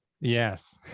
yes